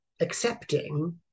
accepting